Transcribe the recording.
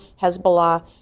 Hezbollah